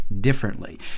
differently